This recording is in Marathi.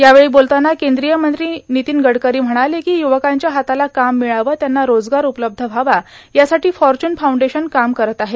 यावेळी बोलताना कद्रीय मंत्री र्णनतीन गडकरां म्हणाले कां युवकांच्या हाताला काम र्णमळावं त्यांना रोजगार उपलब्ध व्हावा यासाठीं फॉरचून फाऊंडेशन काम करत आहे